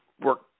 work